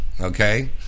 okay